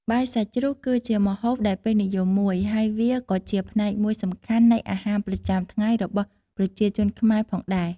បាយសាច់ជ្រូកគឺជាម្ហូបដែលពេញនិយមមួយ ហើយវាក៏ជាផ្នែកមួយសំខាន់នៃអាហារប្រចាំថ្ងៃរបស់ប្រជាជនខ្មែរផងដែរ ។